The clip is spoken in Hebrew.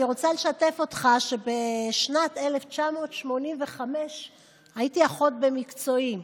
אני רוצה לשתף אותך שבשנת 1985 הייתי אחות במקצועי.